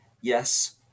yes